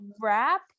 wrap